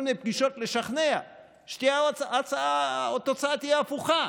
מיני פגישות לשכנע שהתוצאה תהיה הפוכה.